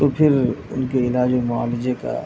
تو پھر ان کے علاج و معالجے کا